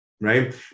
right